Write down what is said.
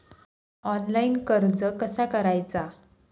Online कर्ज कसा करायचा?